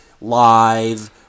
live